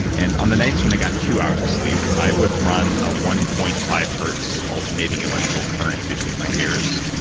and on the nights when i got two hours of sleep i would run a one point five hertz alternating electrical current between my ears,